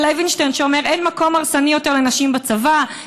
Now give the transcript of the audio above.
יגאל לוינשטיין אומר: אין מקום הרסני יותר לנשים מהצבא,